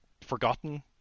forgotten